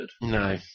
No